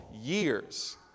years